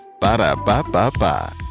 Ba-da-ba-ba-ba